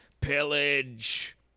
pillage